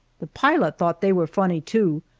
the pilot thought they were funny, too,